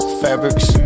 fabrics